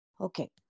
Okay